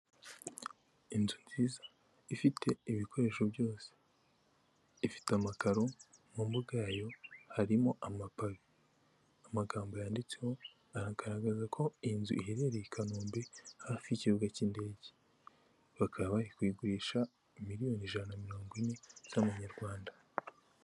Inzu nziza ifite ibikoresho byose. Ifite amakaro mu mbuga yayo harimo amapave. Amagambo yanditseho aragaragaza ko iyi nzu iherereye i Kanombe hafi y'ikibuga cy'indege, bakaba barikuyigurisha miliyoni ijana na mirongo ine z'amanyarwanda.